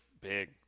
big